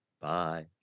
Bye